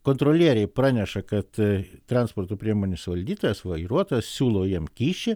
kontrolieriai praneša kad transporto priemonės valdytojas vairuotojas siūlo jam kyšį